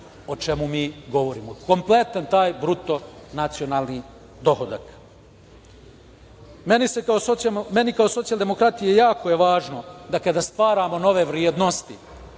o čemu mi govorimo, kompletan taj bruto nacionalni dohodak. Meni kao socijaldemokrati jako je važno da, kada stvaramo nove vrednosti